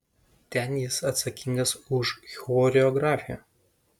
ten jis atsakingas už choreografiją